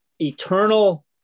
eternal